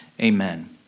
Amen